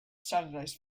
saturdays